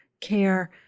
care